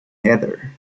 heather